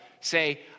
say